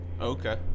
okay